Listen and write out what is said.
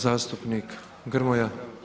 Zastupnik Grmoja.